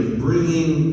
bringing